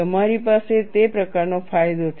તમારી પાસે તે પ્રકારનો ફાયદો છે